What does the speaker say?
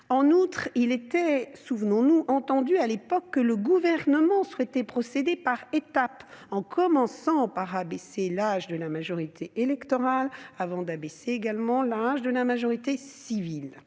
En outre, il était entendu à l'époque que le gouvernement souhaitait procéder par étapes, en commençant par abaisser l'âge de la majorité électorale, avant d'abaisser également l'âge de la majorité civile.